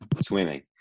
swimming